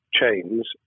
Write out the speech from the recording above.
chains